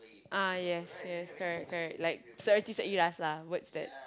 ah yes yes correct correct like seerti seiras lah words that